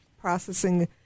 processing